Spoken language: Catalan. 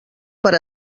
per